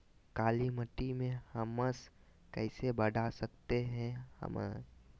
कालीमती में हमस कैसे बढ़ा सकते हैं हमस?